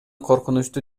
коркунучтуу